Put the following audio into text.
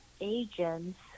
agents